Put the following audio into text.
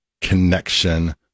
connection